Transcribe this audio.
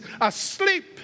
asleep